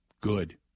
good